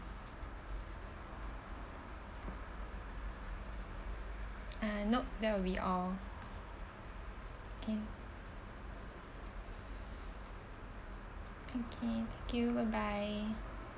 ah nope that will be all okay okay thank you bye bye